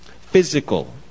Physical